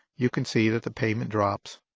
you can see that the payment drops.